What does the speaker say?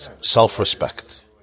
Self-respect